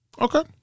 okay